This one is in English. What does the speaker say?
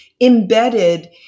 embedded